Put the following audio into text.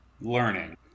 learning